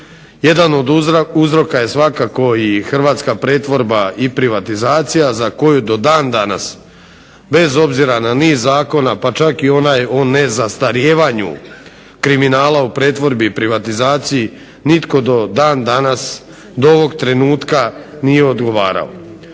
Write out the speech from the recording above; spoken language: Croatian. Jedan od uzroka je svakako i hrvatska pretvorba i privatizacija za koju do dan danas bez obzira na niz zakona, pa čak i onaj o nezastarijevanju kriminala u pretvorbi i privatizaciji, nitko do dan danas, do ovog trenutka nije odgovarao.